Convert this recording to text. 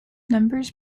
numbers